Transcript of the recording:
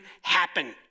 happen